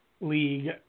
League